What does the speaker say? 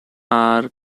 are